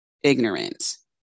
ignorance